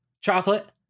Chocolate